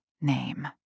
name